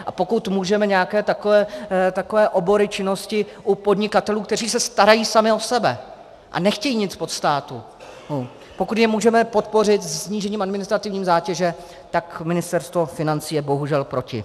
A pokud můžeme nějaké takové obory činnosti u podnikatelů, kteří se starají sami o sebe a nechtějí nic od státu, pokud je můžeme podpořit snížením administrativní zátěže, tak Ministerstvo financí je bohužel proti.